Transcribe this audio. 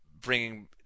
bringing